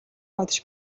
бодож